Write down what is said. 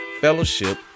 fellowship